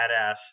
badass